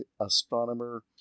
astronomer